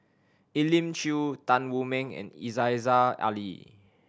Elim Chew Tan Wu Meng and Aziza Ali